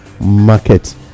market